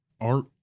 Art